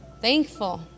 thankful